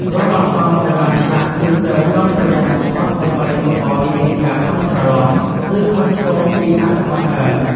រាល់អក្សរដែលបានឆ្លាក់ គឺត្រូវប្រុងប្រយ័ត្នបំផុតដើម្បីកុំឱ្យមានការភាន់ច្រឡំ ឬខុសឆ្គងពីអត្ថបទដើម។